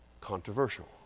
controversial